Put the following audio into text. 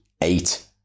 eight